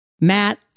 Matt